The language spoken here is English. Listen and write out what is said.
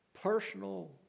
personal